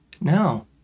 no